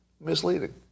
misleading